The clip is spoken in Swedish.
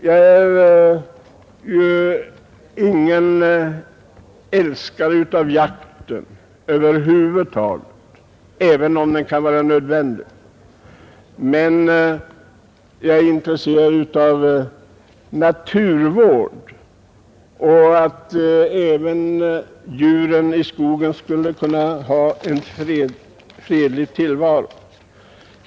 Jag är ju ingen älskare av jakten över huvud taget, även om den kan vara nödvändig, men jag är intresserad av naturvård och av att även djuren i skogen skulle kunna ha en fredlig tillvaro.